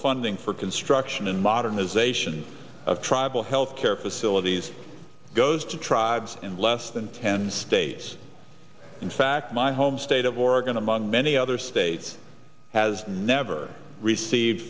funding for construction and modernization of tribal healthcare facilities goes to tribes in less than ten states in fact my home state of oregon among many other states has never received